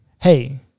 hey